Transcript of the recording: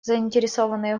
заинтересованные